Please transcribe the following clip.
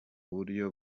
buryo